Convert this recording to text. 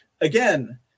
Again